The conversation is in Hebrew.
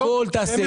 על הכול תעשה.